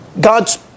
God's